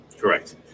Correct